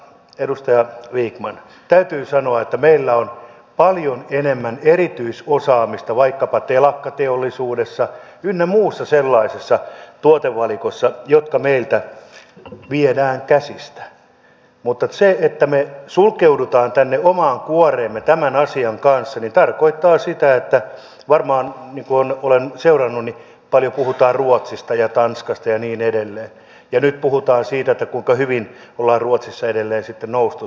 edustaja vikman täytyy sanoa että meillä on paljon enemmän erityisosaamista vaikkapa telakkateollisuudessa ynnä muussa sellaisessa tuotevalikossa jotka meiltä viedään käsistä mutta se että me sulkeudumme tänne omaan kuoreemme tämän asian kanssa tarkoittaa sitä varmaan niin kuin olen seurannut paljon puhutaan ruotsista ja tanskasta ja niin edelleen ja nyt puhutaan siitä kuinka hyvin ollaan ruotsissa edelleen sitten noustu siihen